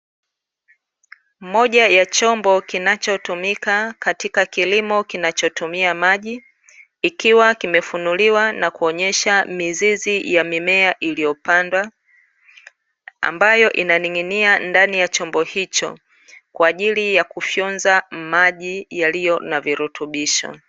Moja ya chombo kinachotumika katika kilimo kinachotumia maji, ikiwa kimefunuliwa na kuonyesha mizizi ya mimea iliyopandwa, ambayo inaning'inia ndani ya chombo hicho. kwa ajili ya kufyonza maji yaliyo na virutubisho.